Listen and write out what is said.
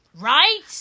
right